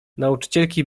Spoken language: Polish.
nauczycielki